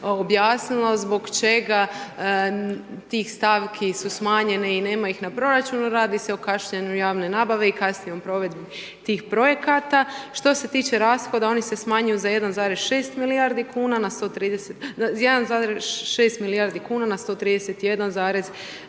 objasnilo zbog čega tih stavki su smanjene i nema ih na proračunu, radi se o kašnjenju javne nabave i kasnoj provedbi tih projekata. Što se tiče rashoda, oni se smanjuju za 1,6 milijardi kuna na 131,7.